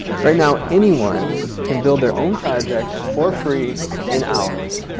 right now anyone can build their own project for free in hours.